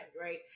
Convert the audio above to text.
Right